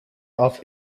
auf